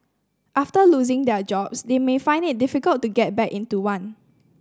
after losing their jobs they may find it difficult to get back into one